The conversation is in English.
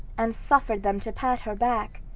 and suffered them to pat her back,